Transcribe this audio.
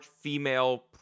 female